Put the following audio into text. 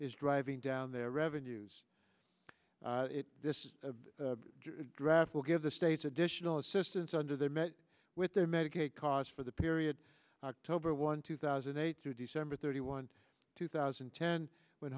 is driving down their revenues this is a draft will give the states additional assistance under they met with their medicaid costs for the period october one two thousand and eight through december thirty one two thousand and ten when